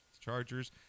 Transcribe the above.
Chargers